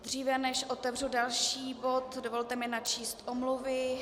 Dříve než otevřu další bod, dovolte mi načíst omluvy.